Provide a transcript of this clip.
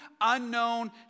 unknown